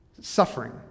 suffering